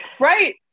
right